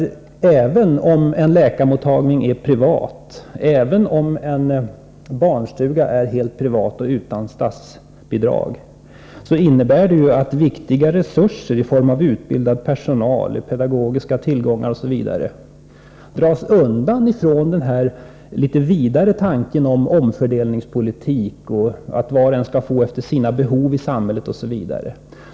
Även om en läkarmottagning är privat eller om en barnstuga är privat och utan statsbidrag, innebär det att viktiga resurser i form av utbildad personal, pedagogiska tillgångar m.m. dras undan från den litet vidare tanken om omfördelningspolitik, dvs. att var och en skall få stöd efter sina behov i samhället osv.